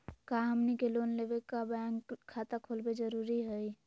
का हमनी के लोन लेबे ला बैंक खाता खोलबे जरुरी हई?